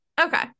Okay